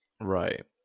right